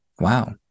Wow